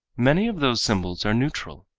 many of those symbols are neutral.